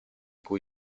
cui